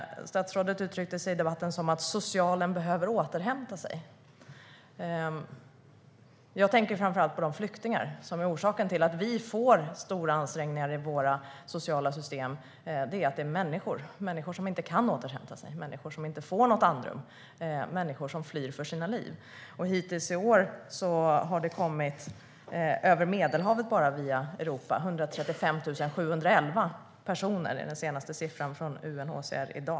Statsrådet uttryckte i debatten att socialen behöver återhämta sig. Jag tänker framför allt på de flyktingar som är orsaken till att våra sociala system är hårt ansträngda. Det är fråga om människor som inte kan återhämta sig, som inte får något andrum, som flyr för sina liv. Hittills har det kommit 135 711 personer över Medelhavet till Europa. Det är den senaste siffran från UNHCR.